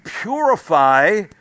purify